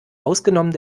ausgenommen